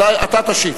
אתה תשיב.